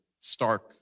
stark